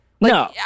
No